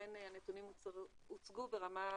לכן הנתונים הוצגו ברמה מצרפית.